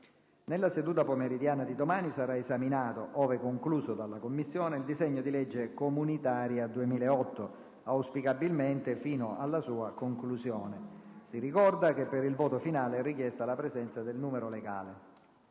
Nella seduta pomeridiana di domani sarà esaminato - ove concluso dalla Commissione - il disegno di legge comunitaria 2008, auspicabilmente fino alla sua conclusione. Si ricorda che per il voto finale è richiesta la presenza del numero legale.